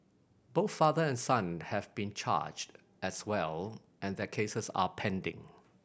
both father and son have been charged as well and their cases are pending